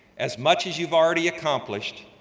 as much as you've already accomplished,